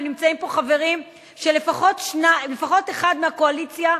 ונמצאים פה חברים שלפחות אחד מהקואליציה,